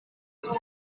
six